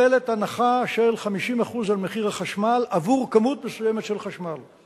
מקבלת הנחה של 50% על מחיר החשמל בעבור כמות מסוימת של חשמל,